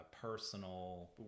personal